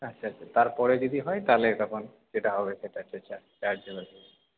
আচ্ছা আচ্ছা তারপরে যদি হয় তাহলে তখন যেটা হবে সেটা হচ্ছে চার্জেবেল